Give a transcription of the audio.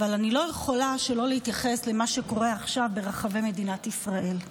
אבל אני לא יכולה שלא להתייחס למה שקורה עכשיו ברחבי מדינת ישראל.